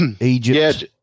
Egypt